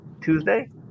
Tuesday